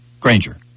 Granger